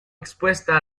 expuesta